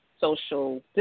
social